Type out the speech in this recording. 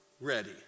ready